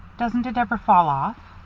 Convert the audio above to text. doesn't it ever fall off?